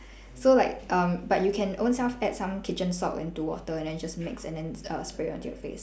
so like um but you can ownself add some kitchen salt into water and then just mix and then uh spray onto your face